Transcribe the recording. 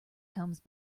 comes